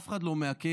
אף אחד לא מעכב,